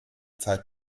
zeit